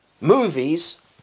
Movies